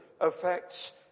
affects